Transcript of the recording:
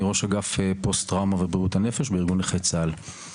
אני ראש אגף פוסט טראומה ובריאות הנפש בארגון נכי צה"ל.